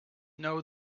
know